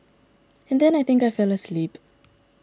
and then I think I fell asleep